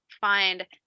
find